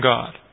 God